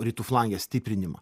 rytų flange stiprinimą